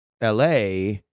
LA